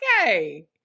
Okay